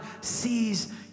sees